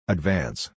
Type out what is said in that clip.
Advance